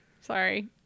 Sorry